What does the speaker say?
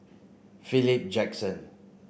Philip Jackson